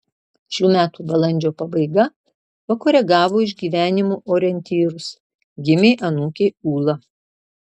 šių metų balandžio pabaiga pakoregavo išgyvenimų orientyrus gimė anūkė ūla